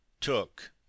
took